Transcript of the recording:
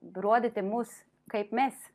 rodyti mus kaip mes